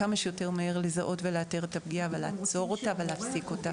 כמה שיותר מהר לזהות ולאתר את הפגיעה ולעצור אותה ולהפסיק אותה.